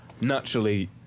naturally